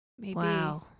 Wow